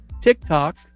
TikTok